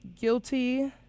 guilty